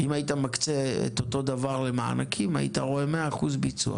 אם היית מקצה את אותו הדבר למענקים היית רואה 100% ביצוע